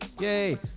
Yay